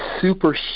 super